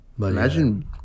Imagine